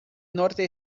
norte